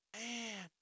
Man